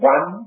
One